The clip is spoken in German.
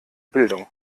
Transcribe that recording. bildung